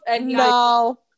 No